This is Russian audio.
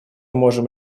можем